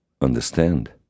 understand